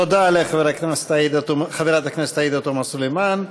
תודה לחברת הכנסת עאידה תומא סלימאן.